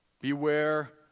Beware